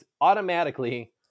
automatically